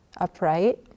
upright